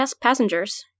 passengers